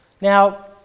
Now